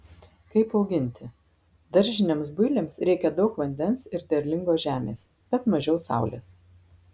kaip auginti daržiniams builiams reikia daug vandens ir derlingos žemės bet mažiau saulės